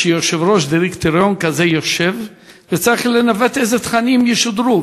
כשיושב-ראש דירקטוריון כזה יושב וצריך לנווט איזה תכנים ישודרו,